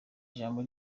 ijambo